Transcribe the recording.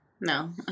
No